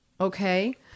Okay